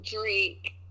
drake